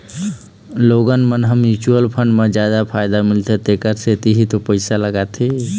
लोगन मन ह म्युचुअल फंड म जादा फायदा मिलथे तेखर सेती ही तो पइसा लगाथे